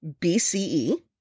BCE